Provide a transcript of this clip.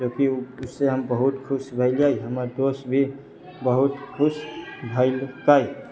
जोकि उससे हम बहुत खुश भैलियै हमर दोस्त भी बहुत खुश भैलकै